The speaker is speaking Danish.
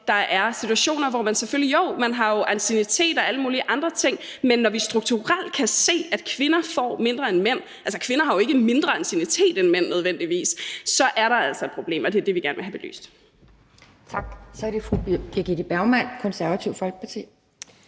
ikke er situationer: Jo, man har jo anciennitet og alle mulige andre ting. Men når vi strukturelt kan se, at kvinder får mindre end mænd – altså, kvinder har jo ikke nødvendigvis en kortere anciennitet end mænd – så er der altså et problem, og det er det, vi gerne vil have belyst.